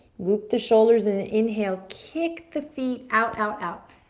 loop the shoulders and inhale. kick the feet out, out, out,